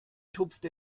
tupft